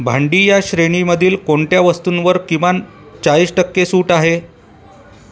भांडी या श्रेणीमधील कोणत्या वस्तूंवर किमान चाळीस टक्के सूट आहे